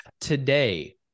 Today